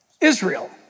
Israel